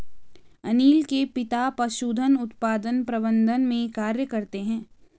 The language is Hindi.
अनील के पिता पशुधन उत्पादन प्रबंधन में कार्य करते है